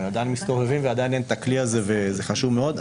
הם עדיין מסתובבים ועדיין את הכלי הזה והוא חשוב מאוד.